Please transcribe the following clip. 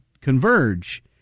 converge